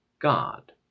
God